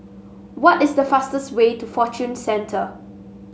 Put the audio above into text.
what is the fastest way to Fortune Centre